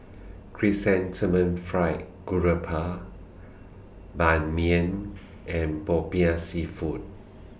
Chrysanthemum Fried Garoupa Ban Mian and Popiah Seafood